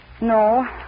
No